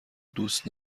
دوست